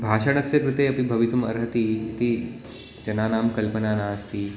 भाषणस्य कृते अपि भवितुम् अर्हति इति जनानां कल्पना नास्ति